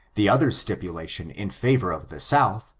the other stipulation in favor of the south,